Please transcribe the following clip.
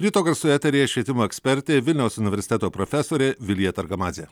ryto garsų eteryje švietimo ekspertė vilniaus universiteto profesorė vilija targamadzė